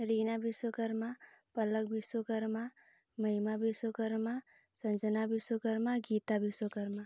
Reena Vishwakarma Pallav Vishwakarma Mahima Vishwakarma Sanjana Vishwakarma Geeta Vishwakarma